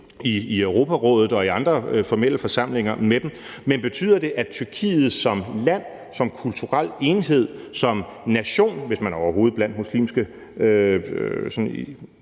Europarådet og i andre formelle forsamlinger med dem. Men det betyder, at Tyrkiet som land, som kulturel enhed, som nation, hvis man overhovedet blandt muslimske